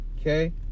Okay